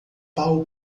pau